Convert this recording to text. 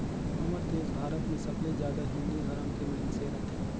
हमर देस भारत मे सबले जादा हिन्दू धरम के मइनसे रथें